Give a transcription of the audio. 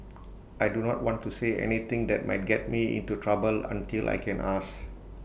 I do not want to say anything that might get me into trouble until I can ask